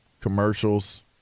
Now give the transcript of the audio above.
commercials